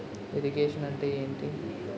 Irrigation అంటే ఏంటీ?